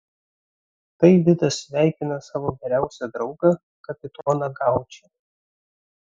tai vidas sveikina savo geriausią draugą kapitoną gaučį